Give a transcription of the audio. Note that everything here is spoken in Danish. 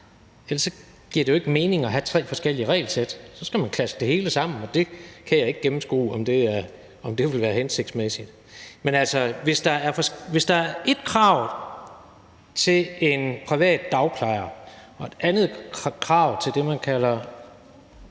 Ellers giver det jo ikke mening at have tre forskellige regelsæt. Så skulle man klaske det hele sammen, og jeg kan ikke gennemskue, om det ville være hensigtsmæssigt. Men hvis der er ét krav til en privat dagplejer og et andet krav til det, man kalder